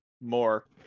more